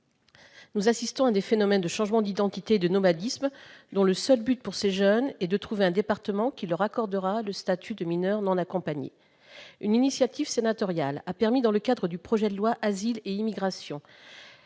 Nous assistons à des phénomènes de changement d'identité et de nomadisme, le seul but étant pour ces jeunes de trouver un département qui leur accordera le statut de mineur non accompagné. Une initiative sénatoriale a permis, dans le cadre du projet de loi Asile et immigration,